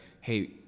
hey